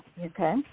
Okay